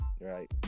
right